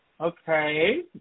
Okay